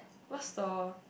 what's the